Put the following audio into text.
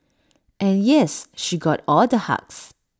and yes she got all the hugs